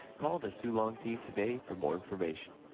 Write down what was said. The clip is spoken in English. call the sue long team today for more information.